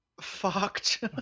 Fucked